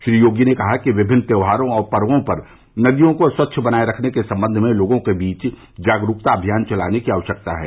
श्री योगी ने कहा कि विभिन्न त्यौहारों और पर्वो पर नदियों को स्वच्छ बनाये रखने के संबंध में लोगों के बीच जागरूकता अभियान चलाने की आवष्यकता है